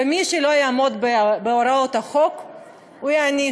ומי שלא יעמוד בהוראות החוק ייענש,